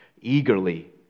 eagerly